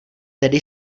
tedy